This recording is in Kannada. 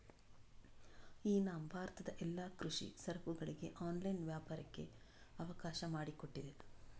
ಇ ನಾಮ್ ಭಾರತದ ಎಲ್ಲಾ ಕೃಷಿ ಸರಕುಗಳಿಗೆ ಆನ್ಲೈನ್ ವ್ಯಾಪಾರಕ್ಕೆ ಅವಕಾಶ ಮಾಡಿಕೊಟ್ಟಿದೆ